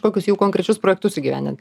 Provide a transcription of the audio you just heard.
kokius jau konkrečius projektus įgyvendint